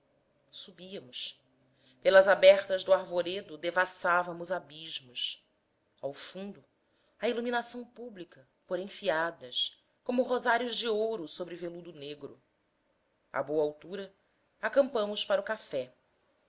subíamos pelas abertas do arvoredo devassávamos abismos ao fundo a iluminação pública por enfiadas como rosários de ouro sobre veludo negro a boa altura acampamos para o café